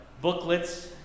booklets